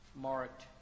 marked